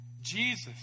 Jesus